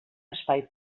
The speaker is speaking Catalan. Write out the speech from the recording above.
espai